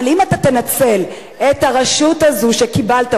אבל אם אתה תנצל את הרשות הזאת שקיבלת,